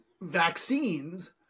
vaccines